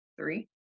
three